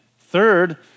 Third